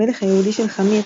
המלך היהודי של חמיר,